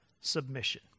submission